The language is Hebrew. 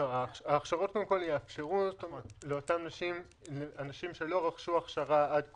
ההכשרות יאפשרו לאותן נשים שלא רכשו הכשרה עד כה,